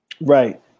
Right